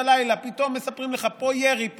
בלילה פתאום מספרים לך: פה ירי.